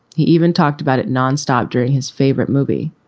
he even talked about it nonstop during his favorite movie.